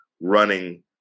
running